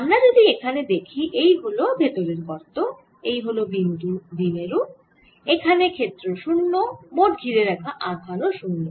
আমরা যদি এখানে দেখি এই হল ভেতরের গর্ত এই হল বিন্দু দ্বিমেরু এখানে ক্ষেত্র 0 মোট ঘিরে রাখা আধান ও 0